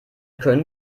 können